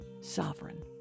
sovereign